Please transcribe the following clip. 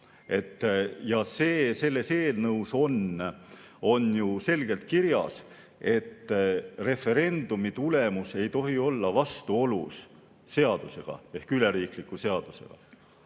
Ja see selles eelnõus on ju selgelt kirjas, et referendumi tulemus ei tohi olla vastuolus seadusega ehk üleriikliku seadusega.